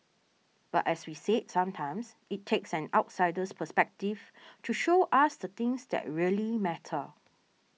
but as we said sometimes it takes an outsider's perspective to show us the things that really matter